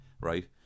right